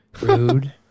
Rude